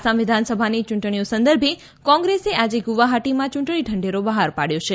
આસામ વિધાનસભાની ચૂંટણીઓ સંદર્ભે કોંગ્રેસે આજે ગુવાહાટીમાં યૂંટણી ઢંઢેરો બહાર પાડ્યો હતો